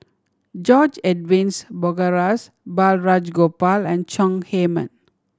George Edwins Bogaars Balraj Gopal and Chong Heman